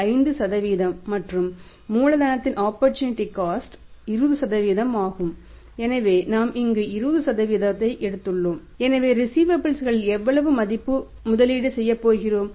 5 மற்றும் மூலதனத்தின் opportunity cost களில் எவ்வளவு மதிப்பு முதலீடு செய்யப் போகிறோம்